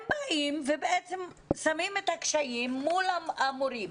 הם באים ובעצם שמים את הקשיים מול המורים.